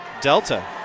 Delta